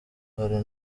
hari